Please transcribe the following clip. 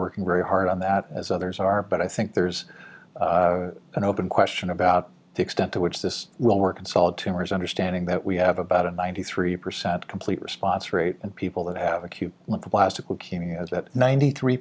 working very hard on that as others are but i think there's an open question about the extent to which this will work and solid tumors understanding that we have about a ninety three percent complete response rate and people that have acute lymphoblastic leukaemia is that ninety three